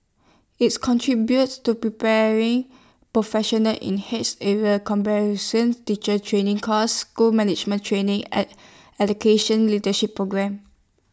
IT contributes to preparing professionals in his areas teacher training courses school management training and education leadership programmes